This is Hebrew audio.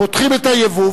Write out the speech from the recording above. פותחים את הייבוא,